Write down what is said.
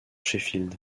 sheffield